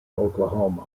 oklahoma